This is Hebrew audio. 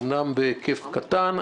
אמנם בהיקף קטן,